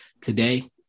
Today